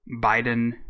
Biden